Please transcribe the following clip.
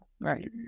right